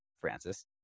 Francis